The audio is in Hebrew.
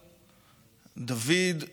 דוד,